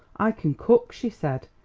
i can cook, she said,